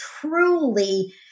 truly